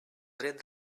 dret